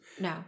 No